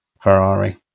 Ferrari